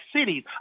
cities